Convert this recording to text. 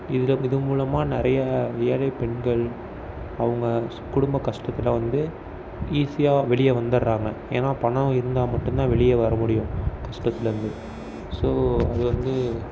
இந்த இது மூலமாக நிறையா ஏழைப்பெண்கள் அவங்க குடும்ப கஷ்டத்தில் வந்து ஈஸியாக வெளியே வந்திர்ராங்க ஏன்னா பணம் இருந்தால் மட்டுந்தான் வெளியே வர முடியும் கஷ்டத்துலேருந்து ஸோ அது வந்து